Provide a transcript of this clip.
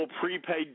prepaid